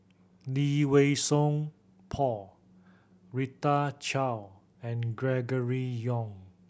Lee Wei Song Paul Rita Chao and Gregory Yong